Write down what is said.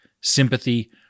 sympathy